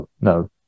no